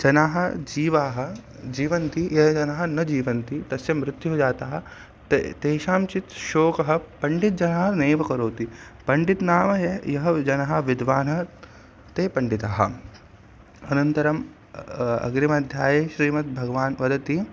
जनाः जीवाः जीवन्ति ये जनाः न जीवन्ति तस्य मृत्युः जातः तेषां चित् शोकः पण्डितजनाः नैव करोति पण्डितः नाम ये यः जनः विद्वान् ते पण्डितः अनन्तरम् अग्रिमध्याये श्रीमद्भगवान् वदति